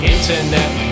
Internet